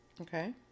Okay